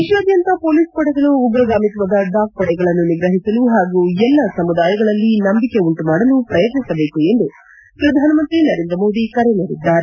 ದೇಶಾದ್ಯಂತ ಮೊಲೀಸ್ ಪಡೆಗಳು ಉಗ್ರಗಾಮಿತ್ವದ ಡಾಕ್ ಪಡೆಗಳನ್ನು ನಿಗ್ರಹಿಸಲು ಹಾಗೂ ಎಲ್ಲಾ ಸಮುದಾಯಗಳಲ್ಲಿ ನಂಬಿಕೆ ಉಂಟು ಮಾಡಲು ಪ್ರಯತ್ನಿಸಬೇಕು ಎಂದು ಪ್ರಧಾನಮಂತ್ರಿ ನರೇಂದ್ರ ಮೋದಿ ಕರೆ ನೀಡಿದ್ದಾರೆ